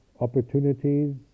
opportunities